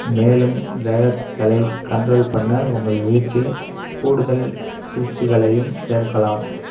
மேலும் ட்ரைவர்ஸ்களை கண்ட்ரோல் பண்ண உங்கள் வீட்டில் கூடுதல் சுவிட்சுகளையும் சேர்க்கலாம்